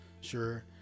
sure